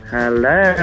Hello